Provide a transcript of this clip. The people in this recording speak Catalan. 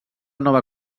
nova